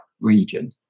region